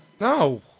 No